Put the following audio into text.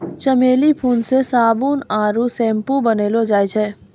चमेली फूल से साबुन आरु सैम्पू बनैलो जाय छै